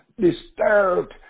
disturbed